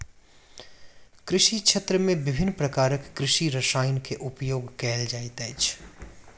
कृषि क्षेत्र में विभिन्न प्रकारक कृषि रसायन के उपयोग कयल जाइत अछि